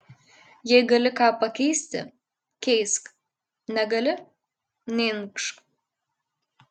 jei gali ką pakeisti keisk negali neinkšk